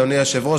אדוני היושב-ראש,